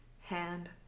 hand